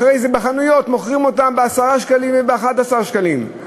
אחרי זה בחנויות מוכרים אותם ב-10 שקלים וב-11 שקלים,